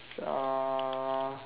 uh